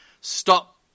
Stop